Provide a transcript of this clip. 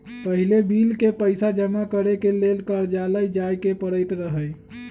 पहिले बिल के पइसा जमा करेके लेल कर्जालय जाय के परैत रहए